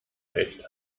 echt